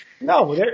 No